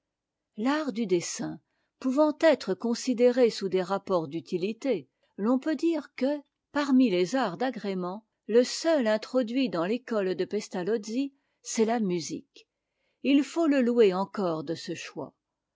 l'art du dessin pouvant être considéré sous des rapports d'utilité l'on peut dire que parmi les arts d'agrément le seul introduit dans fécote de pestalozzi c'est la musique et il faut le louer encore de ce choix